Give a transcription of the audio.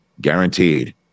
Guaranteed